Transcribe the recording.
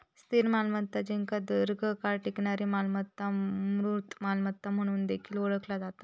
स्थिर मालमत्ता जिका दीर्घकाळ टिकणारी मालमत्ता, मूर्त मालमत्ता म्हणून देखील ओळखला जाता